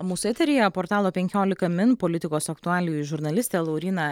mūsų eteryje portalo penkiolika min politikos aktualijų žurnalistė lauryna